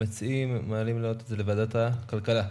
המציעים מציעים להעלות את זה לוועדת הכלכלה.